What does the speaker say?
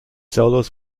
solos